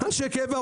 אנשי קבע,